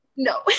no